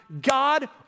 God